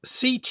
CT